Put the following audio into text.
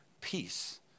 Peace